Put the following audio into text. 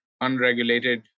unregulated